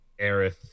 Aerith